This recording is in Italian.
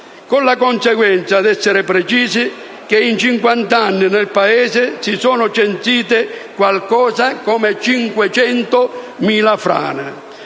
con la conseguenza - ad essere precisi - che in cinquant'anni nel Paese si sono censite qualcosa come 500.000 frane.